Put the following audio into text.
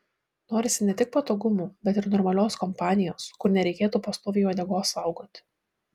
norisi ne tik patogumų bet ir normalios kompanijos kur nereikėtų pastoviai uodegos saugoti